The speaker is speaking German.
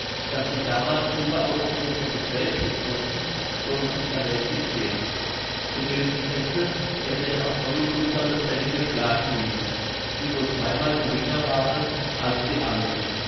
daß die damals überaus großen begräbnißkosten sollten ermäßigt werden zu welchem ende er denn auch neue kupferne pfennige schlagen ließ die wohl dreimal geringer waren als die alten